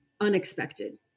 unexpected